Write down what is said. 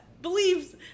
believes